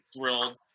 thrilled